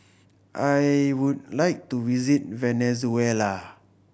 I would like to visit Venezuela